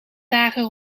dagen